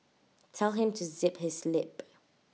tell him to zip his lip